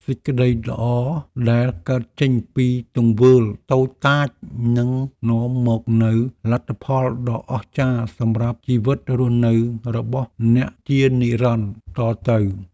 សេចក្តីល្អដែលកើតចេញពីទង្វើតូចតាចនឹងនាំមកនូវលទ្ធផលដ៏អស្ចារ្យសម្រាប់ជីវិតរស់នៅរបស់អ្នកជានិរន្តរ៍តទៅ។